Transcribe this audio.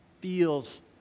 feels